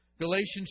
Galatians